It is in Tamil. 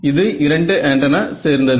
இது இரண்டு ஆண்டனா சேர்ந்தது